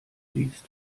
liest